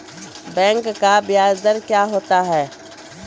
Bank का ब्याज दर क्या होता हैं?